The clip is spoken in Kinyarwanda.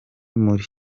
muri